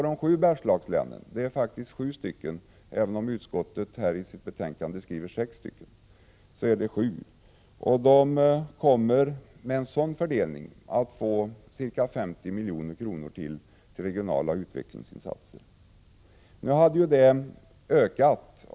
De sju Bergslagslänen — det är faktiskt sju län, även om utskottet i betänkandet skriver sex län — kommer med en sådan fördelning att få ca 50 milj.kr. till regionala utvecklingsinsatser.